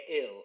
ill